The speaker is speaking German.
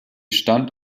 stand